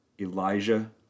Elijah